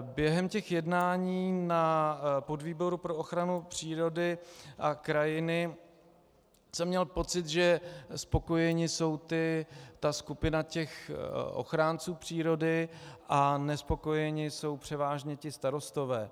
Během jednání na podvýboru pro ochranu přírody a krajiny jsem měl pocit, že spokojená je ta skupina ochránců přírody a nespokojení jsou převážně starostové.